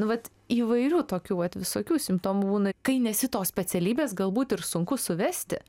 nu vat įvairių tokių vat visokių simptomų būna kai nesi tos specialybės galbūt ir sunku suvesti